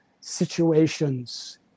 situations